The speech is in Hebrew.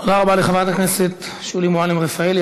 תודה רבה לחברת הכנסת שולי מועלם-רפאלי.